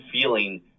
feeling